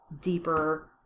deeper